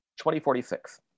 2046